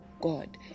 god